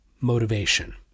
motivation